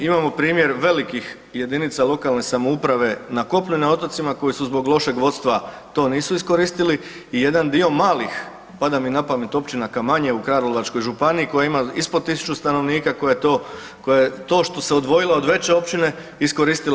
Imamo primjer velikih jedinica lokalne samouprave na kopunu i na otocima koje su zbog lošeg vodstva to nisu iskoristili i jedan dio malih, pada mi na pamet Općina Kamanje u Karlovačkoj županiji koja ima ispod tisuću stanovnika koja to što se odvojila od veće općine iskoristila.